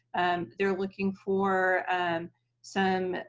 and they're looking for some